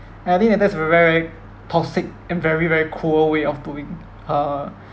and I think that that's very toxic and very very cruel way of doing uh